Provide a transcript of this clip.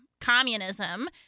communism